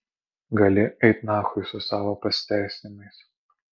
gali eit nachui su savo pasiteisinimais